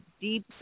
deep